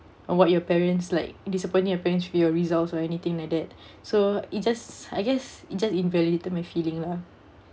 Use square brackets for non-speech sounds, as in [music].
on what your parents like disappointing your parents with your results or anything like that [breath] so it just I guess it just invalidated my feeling lah